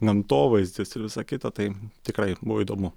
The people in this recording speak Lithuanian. gamtovaizdis ir visa kita tai tikrai buvo įdomu